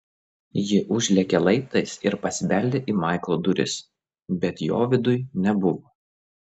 ji užlėkė laiptais ir pasibeldė į maiklo duris bet jo viduj nebuvo